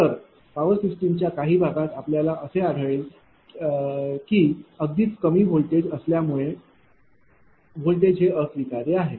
तर power system च्या काही भागात आपल्याला असे आढळले आहे की अगदीच कमी असल्यामुळे व्होल्टेज अस्वीकार्य आहे